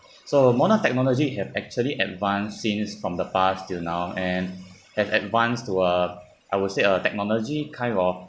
so modern technology have actually advanced since from the past till now and have advanced to uh I would say a technology kind of